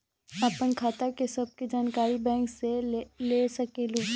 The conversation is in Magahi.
आपन खाता के सब जानकारी बैंक से ले सकेलु?